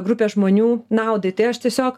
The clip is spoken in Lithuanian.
grupės žmonių naudai tai aš tiesiog